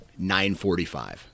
9.45